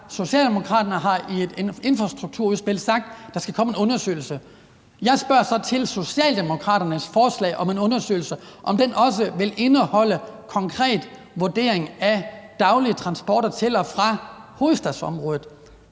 Socialdemokraterne har i et infrastrukturudspil sagt, at der skal komme en undersøgelse. Jeg spørger så, om Socialdemokraternes forslag om en undersøgelse også vil indeholde en konkret vurdering af daglige transporter til og fra hovedstadsområdet.